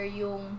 yung